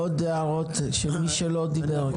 עוד הערות של מי שלא דיבר.